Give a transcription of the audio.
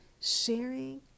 Sharing